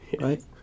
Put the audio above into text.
right